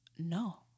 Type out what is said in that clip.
No